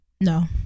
No